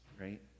right